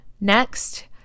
Next